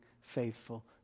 faithful